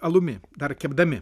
alumi dar kepdami